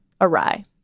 awry